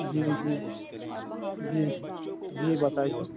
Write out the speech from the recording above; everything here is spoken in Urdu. جی جی جی جی بتائیے